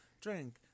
drink